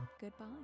goodbye